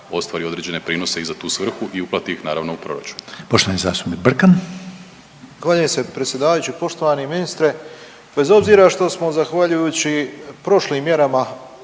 ostvari određene prinose i za tu svrhu i uplati ih naravno u proračun. **Brkan, Jure (HDZ)** Zahvaljujem se predsjedavajući. Poštovani ministre, bez obzira što smo zahvaljujući prošlim mjerama,